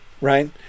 right